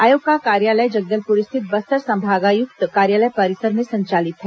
आयोग का कार्यालय जगदलपुर स्थित बस्तर संभागायुक्त कार्यालय परिसर में संचालित है